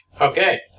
Okay